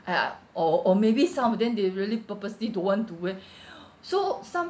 ya or or maybe some of them they really purposely don't want to wear so some